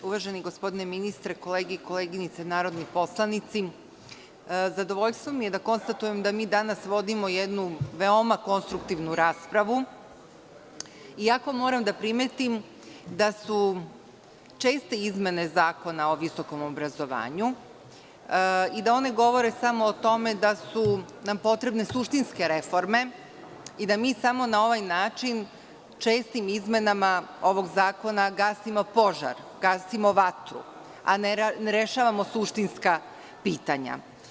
Uvaženi gospodine ministre, kolege i koleginice narodni poslanici, zadovoljstvo mi je da konstatujem da mi danas vodimo jednu veoma konstruktivnu raspravu, iako moram da primetim da su česte izmene Zakona o visokom obrazovanju i da one govore samo o tome da su nam potrebne suštinske reforme i da mi samo na ovaj način, čestim izmenama ovog zakona, gasimo požar, gasimo vatru, a ne rešavamo suštinska pitanja.